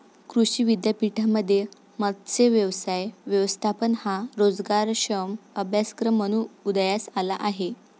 कृषी विद्यापीठांमध्ये मत्स्य व्यवसाय व्यवस्थापन हा रोजगारक्षम अभ्यासक्रम म्हणून उदयास आला आहे